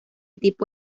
tipo